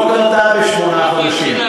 לא קרתה בשמונה חודשים.